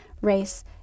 race